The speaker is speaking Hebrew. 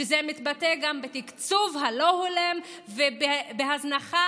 וזה מתבטא גם בתקצוב הלא-הולם ובהזנחה